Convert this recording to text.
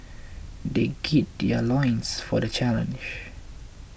they gird their loins for the challenge